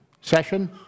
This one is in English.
session